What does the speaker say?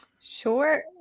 Sure